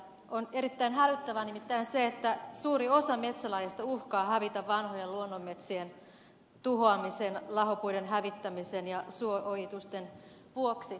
on erittäin hälyttävää nimittäin se että suuri osa metsälajeista uhkaa hävitä vanhojen luonnonmetsien tuhoamisen lahopuiden hävittämisen ja suo ojitusten vuoksi